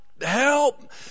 help